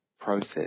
process